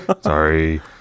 Sorry